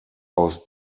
aus